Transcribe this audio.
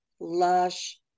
lush